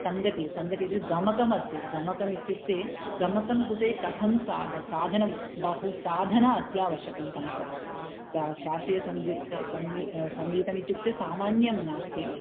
सङ्गति सङ्गतिद् गमकमस्ति गमकम् इत्युक्ते गमकं कृते कथं साद् साधनं बहु साधना अत्यावश्यकं गमकं कृते सा शास्त्रीयसङ्गीतं सं सङ्गीतम् इत्युक्ते सामान्यं नास्ति